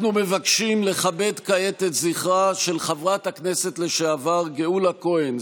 אנחנו מבקשים לכבד כעת את זכרה של חברת הכנסת לשעבר גאולה כהן,